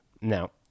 Now